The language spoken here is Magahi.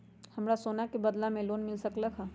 हमरा सोना के बदला में लोन मिल सकलक ह?